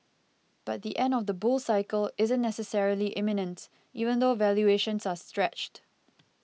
but the end of the bull cycle isn't necessarily imminent even though valuations are stretched